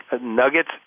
nuggets